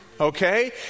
okay